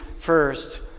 first